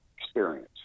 experience